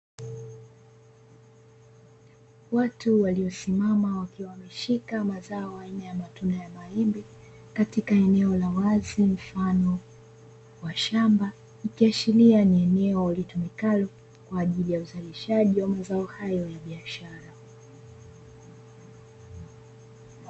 Watu waliosimama wakiwa wameshika mazao aina ya matunda ya maembe katika eneo la wazi mfano wa shamba, ikiashiria ni eneo litumikalo kwaajili ya uzalishaji wa mazao hayo ya biashara.